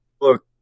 Look